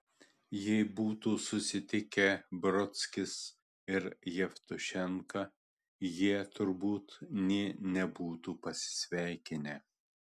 jei būtų susitikę brodskis ir jevtušenka jie turbūt nė nebūtų pasisveikinę